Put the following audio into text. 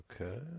Okay